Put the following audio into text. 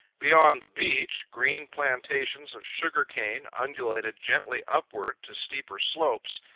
beyond the beach, green plantations of sugar-cane undulated gently upward to steeper slopes,